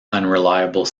unreliable